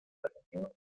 argentino